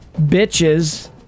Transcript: bitches